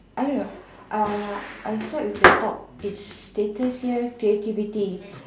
I don't know uh I start with the top is stated here creativity